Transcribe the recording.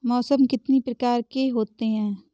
मौसम कितनी प्रकार के होते हैं?